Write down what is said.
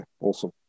awesome